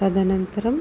तदनन्तरम्